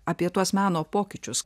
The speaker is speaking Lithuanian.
apie tuos meno pokyčius